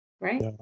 Right